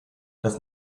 das